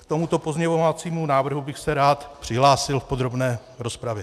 K tomuto pozměňovacímu návrhu bych se rád přihlásil v podrobné rozpravě.